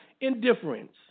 indifference